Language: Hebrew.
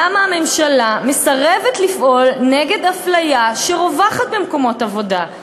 למה הממשלה מסרבת לפעול נגד אפליה שרווחת במקומות עבודה,